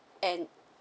and